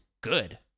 good